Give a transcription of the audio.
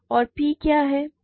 और P क्या है